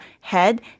head